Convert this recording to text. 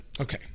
okay